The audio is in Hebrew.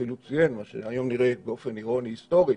אפילו ציין מה היום נראה באופן אירוני היסטורי: